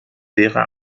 lehrer